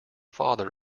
father